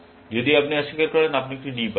যদি আপনি অস্বীকার করেন আপনি একটি D পাবেন